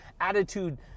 attitude